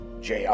JR